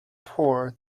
poor